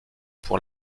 pour